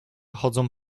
chodzą